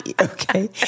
okay